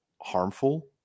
harmful